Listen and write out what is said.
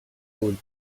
would